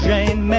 Jane